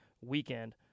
weekend